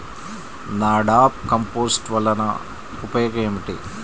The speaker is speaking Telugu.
నాడాప్ కంపోస్ట్ వలన ఉపయోగం ఏమిటి?